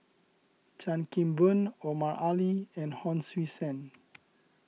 Chan Kim Boon Omar Ali and Hon Sui Sen